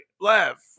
left